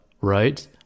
right